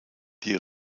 die